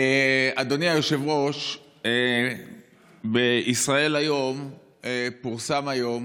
אדוני היושב-ראש, בישראל היום פורסם היום